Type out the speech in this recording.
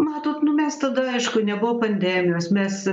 matot mes tada aišku nebuvo pandemijos mes